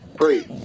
free